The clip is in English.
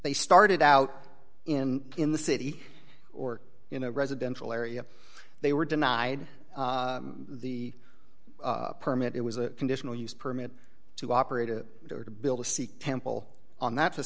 they started out in in the city or in a residential area they were denied the permit it was a conditional use permit to operate it or to build a sikh temple on that